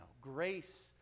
Grace